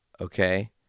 okay